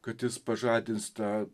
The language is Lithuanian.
kad jis pažadins tą